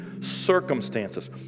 Circumstances